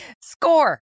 Score